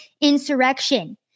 insurrection